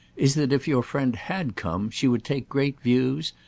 is that if your friend had come she would take great views,